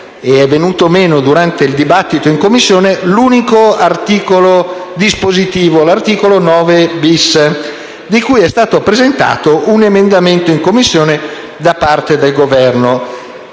se è venuto meno durante il dibattito in Commissione - l'unico articolo dispositivo, l'articolo 9-*bis*, su cui è stato presentato un emendamento in Commissione da parte del Governo.